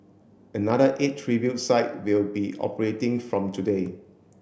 another eight tribute site will be operating from today